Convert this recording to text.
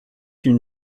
une